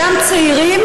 אותם צעירים,